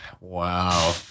wow